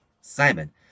Simon